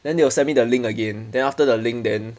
then they will send me the link again then after the link then